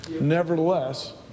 Nevertheless